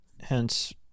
Hence